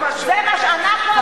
זה מה שאנחנו,